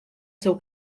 seu